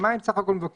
ומה הם בסך הכול מבקשים?